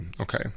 Okay